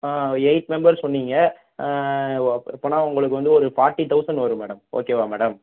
ஆ eight members சொன்னீங்க அப்போனா உங்களுக்கு வந்து ஒரு ஃபார்ட்டி தௌசண்ட் வரும் மேடம் ஓகேவா மேடம்